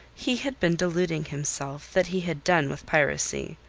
he had been deluding himself that he had done with piracy.